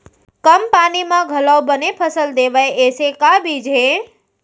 कम पानी मा घलव बने फसल देवय ऐसे का बीज हे?